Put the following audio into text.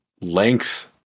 length